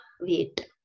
wait